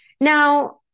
Now